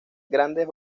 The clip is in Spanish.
grandes